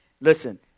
listen